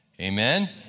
Amen